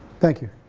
thank you.